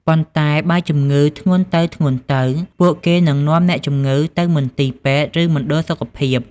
ប៉ុន្តែ បើជំងឺធ្ងន់ទៅៗ ពួកគេនឹងនាំអ្នកជំងឺទៅមន្ទីរពេទ្យ ឬ មណ្ឌលសុខភាព។